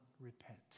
repent